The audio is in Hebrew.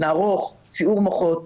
נערוך סיעור מוחות,